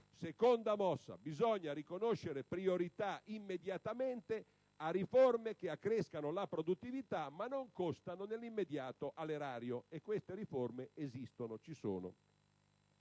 nel fatto che bisogna riconoscere priorità immediatamente a riforme che accrescano la produttività, ma non costano nell'immediato all'Erario; e queste riforme ci sono.